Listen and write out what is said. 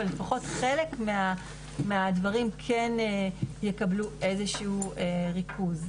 אבל לפחות חלק מהדברים כן יקבלו איזה שהוא ריכוז.